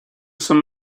some